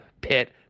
Pit